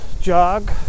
jog